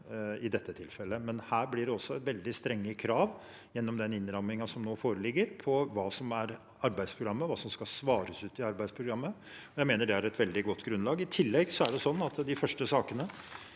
men her blir det også veldig strenge krav gjennom den innrammingen som nå foreligger, på hva som er arbeidsprogrammet, og hva som skal svares ut i arbeidsprogrammet. Jeg mener det er et veldig godt grunnlag. I tillegg kommer Stortinget